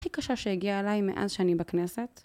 הכי קשה שהגיעה אליי מאז שאני בכנסת